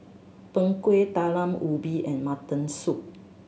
Png Kueh Talam Ubi and mutton soup